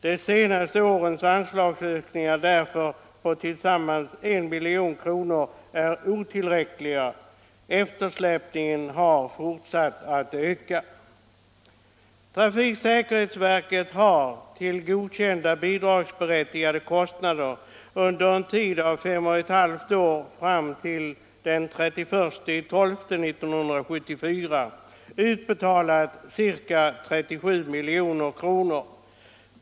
De två senaste årens anslagshöjningar på tillsammans 1 milj.kr. är därför otillräckliga, och eftersläpningen har fortsatt att öka. Trafiksäkerhetsverket har till godkända bidragsberättigade kostnader under en tid av fem och ett halvt år fram t. 0. m. den 31 december 1974 utbetalat ca 37 milj.kr.